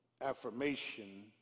affirmation